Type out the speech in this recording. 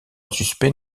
suspect